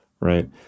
right